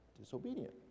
disobedient